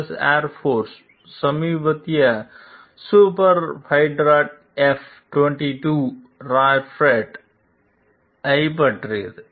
S air force சமீபத்திய சூப்பர்ஃபைட்டரான F 22 ராப்டார்ஐப் பற்றியது